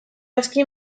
aski